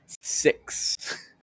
Six